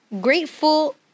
Grateful